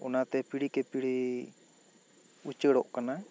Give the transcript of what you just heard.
ᱚᱱᱟᱛᱮ ᱯᱤᱲᱦᱤ ᱠᱮ ᱯᱤᱲᱦᱤ ᱩᱪᱟᱹᱲᱚᱜ ᱠᱟᱱᱟ